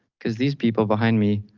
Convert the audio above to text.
cause these people behind me,